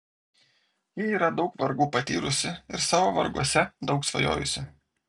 ji yra daug vargų patyrusi ir savo varguose daug svajojusi